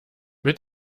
mit